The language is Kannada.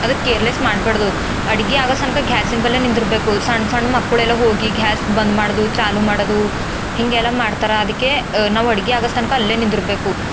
ಅದು ಕೇರ್ಲೆಸ್ ಮಾಡಬಾರ್ದು ಅಡುಗೆ ಆಗೋ ತನ್ಕ ಘ್ಯಾಸಿನ್ ಬಳಿಯೇ ನಿಂತಿರಬೇಕು ಸಣ್ಣ ಸಣ್ಣ ಮಕ್ಕಳೆಲ್ಲ ಹೋಗಿ ಘ್ಯಾಸ್ ಬಂದ್ ಮಾಡೋದು ಚಾಲು ಮಾಡೋದು ಹೀಗೆಲ್ಲ ಮಾಡ್ತಾರೆ ಅದಕ್ಕೆ ನಾವು ಅಡುಗೆ ಆಗೋ ತನಕ ಅಲ್ಲೇ ನಿಂದಿರಬೇಕು